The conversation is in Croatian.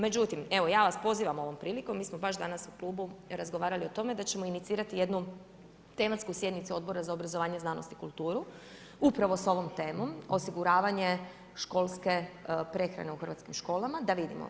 Međutim, ja vas pozivam ovom prilikom, mi smo baš danas u Klubu razgovarali o tome, da ćemo inicirati jednu tematsku sjednicu Odbora za obrazovanje, znanost i kulturu upravo s ovom temom – osiguravanje školske prehrane u hrvatskim školama, da vidimo.